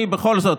בכל זאת,